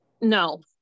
no